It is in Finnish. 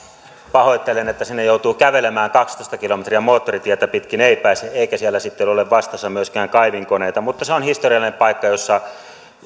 pahoittelen että sinne joutuu kävelemään kaksitoista kilometriä moottoritietä pitkin ei pääse eikä siellä sitten ole vastassa myöskään kaivinkoneita mutta se on historiallinen paikka jossa